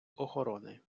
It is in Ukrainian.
охорони